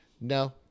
No